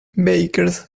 bakers